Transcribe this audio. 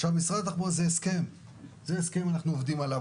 עם משרד התחבורה זה הסכם שאנחנו עובדים עליו.